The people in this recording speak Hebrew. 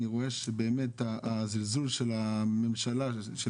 אני רואה שבאמת הזלזול של המשרדים,